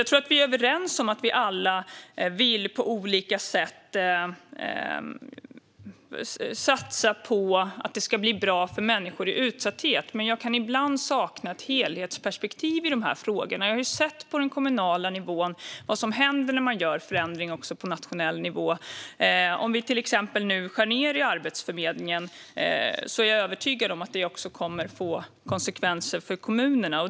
Jag tror att vi är överens om att vi alla på olika sätt vill satsa på att det ska bli bra för människor i utsatthet. Jag kan dock ibland sakna ett helhetsperspektiv i dessa frågor. Jag har sett på den kommunala nivån vad som händer när man gör förändringar på nationell nivå. Om vi till exempel skär ned på Arbetsförmedlingen nu är jag övertygad om att det kommer att få konsekvenser för kommunerna.